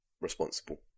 Responsible